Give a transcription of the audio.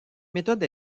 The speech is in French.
méthode